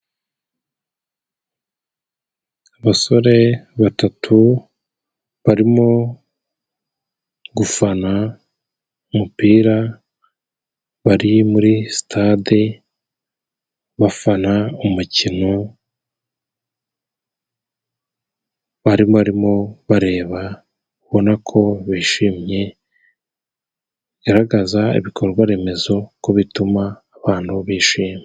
Abasore batatu barimo gufana umupira. Bari muri stade bafana umukino, barimo bareba. Ubona ko bishimye, bigaragaza ibikorwaremezo ko bituma abantu bishima.